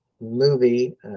movie